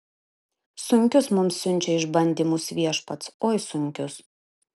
sunkius mums siunčia išbandymus viešpats oi sunkius